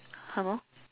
hello